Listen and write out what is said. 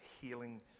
healing